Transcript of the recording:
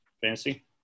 Fancy